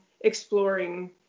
exploring